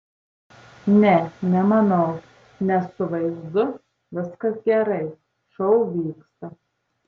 ne nemanau nes su vaizdu viskas gerai šou vyksta